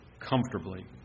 comfortably